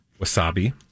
Wasabi